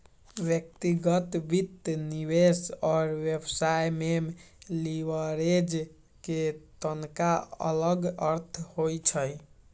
व्यक्तिगत वित्त, निवेश और व्यवसाय में लिवरेज के तनका अलग अर्थ होइ छइ